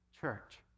church